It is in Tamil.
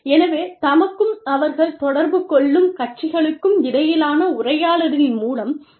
எனவே தமக்கும் அவர்கள் தொடர்பு கொள்ளும் கட்சிகளுக்கும் இடையிலான உரையாடலின் மூலமும்